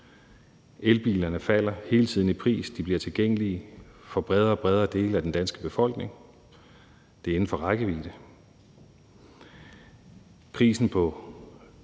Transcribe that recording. Elbilerne falder hele tiden i pris; de bliver tilgængelige for bredere og bredere dele af den danske befolkning – det er inden for rækkevidde. Prisen på